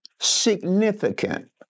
significant